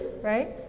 right